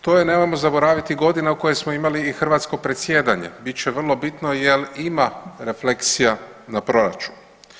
To je nemojmo zaboraviti godina u kojoj smo imali i hrvatsko predsjedanje bit će vrlo bitno jer ima refleksija na proračun.